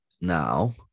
Now